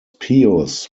pious